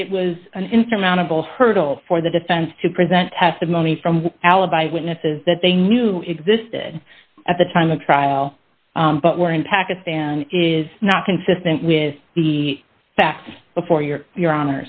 that it was an insurmountable hurdle for the defense to present testimony from alibi witnesses that they knew existed at the time of trial but were in pakistan is not consistent with the facts before your your hon